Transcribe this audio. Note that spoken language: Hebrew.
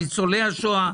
ניצולי השואה.